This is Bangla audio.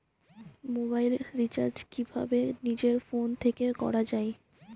মোবাইল রিচার্জ কিভাবে নিজের ফোন থেকে করা য়ায়?